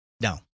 no